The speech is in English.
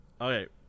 Okay